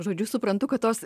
žodžiu suprantu kad tos